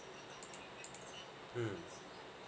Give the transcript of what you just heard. mm